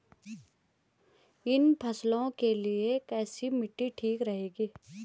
इन फसलों के लिए कैसी मिट्टी ठीक रहेगी?